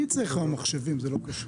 מי צריך היום מחשבים, זה לא קשור.